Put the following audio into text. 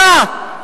אתה,